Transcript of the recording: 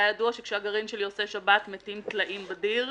היה ידוע שהגרעין שלי עושה שבת מתים טלאים בדיר,